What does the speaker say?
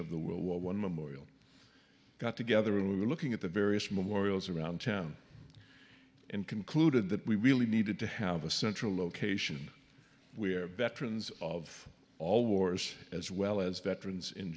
of the world one memorial got together we were looking at the various memorials around town and concluded that we really needed to have a central location where veterans of all wars as well as